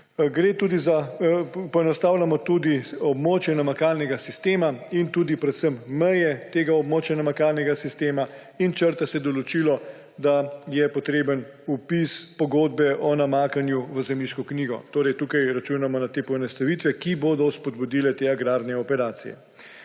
postopkih. Poenostavljamo tudi območja namakalnega sistema, predvsem meje tega območja namakalnega sistema, in črta se določilo, da je potreben vpis pogodbe o namakanju v zemljiško knjigo. Tu računamo na te poenostavitve, ki bodo spodbudile agrarne operacije.